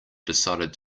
decided